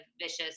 vicious